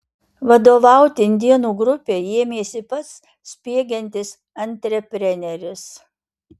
vadovauti indėnų grupei ėmėsi pats spiegiantis antrepreneris